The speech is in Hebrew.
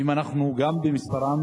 גם במספרם